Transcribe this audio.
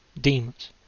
demons